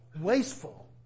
Wasteful